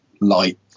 Light